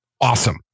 Awesome